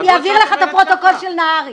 אני אעביר לך את הפרוטוקול של נהרי.